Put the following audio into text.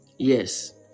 Yes